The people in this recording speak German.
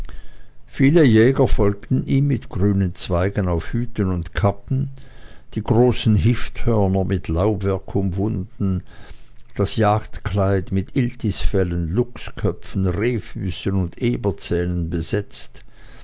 viele jäger folgten ihm mit grünen zweigen auf hüten und kappen die großen hifthörner mit laubwerk umwunden das jagdkleid mit iltisfellen luchsköpfen rehfüßen und eberzähnen besetzt